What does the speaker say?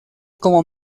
como